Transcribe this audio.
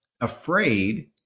afraid